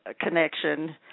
connection